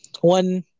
one